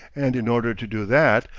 and in order to do that,